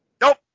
Nope